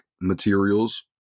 materials